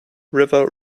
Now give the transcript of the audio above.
river